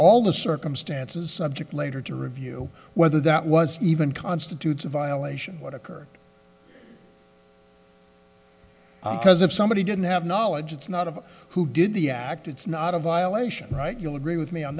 all the circumstances subject later to review whether that was even constitutes a violation what occurred because if somebody didn't have knowledge it's not of who did the act it's not a violation right you'll agree with me on